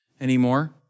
anymore